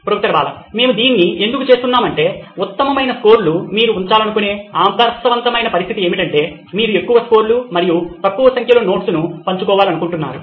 professor Bala మేము దీన్ని ఎందుకు చేస్తున్నాం అంటే ఉత్తమమైన స్కోర్లు మీరు ఉంచాలనుకునే ఆదర్శవంతమైన పరిస్థితి ఏమిటంటే మీరు ఎక్కువ స్కోర్లు మరియు తక్కువ సంఖ్యలో నోట్స్ను పంచుకోవాలనుకుంటున్నారు